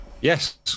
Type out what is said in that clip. Yes